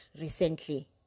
recently